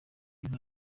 nka